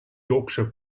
yorkshire